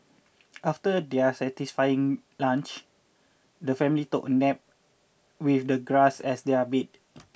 after their satisfying lunch the family took a nap with the grass as their bed